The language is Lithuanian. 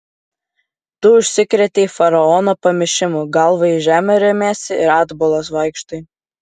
tu užsikrėtei faraono pamišimu galva į žemę remiesi ir atbulas vaikštai